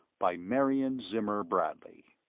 by marion zimmer bradley